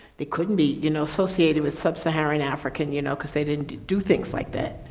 they couldn't be you know, associated with sub-saharan african you know, because they didn't do things like that.